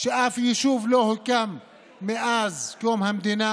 אף יישוב לא הוקם מאז קום המדינה.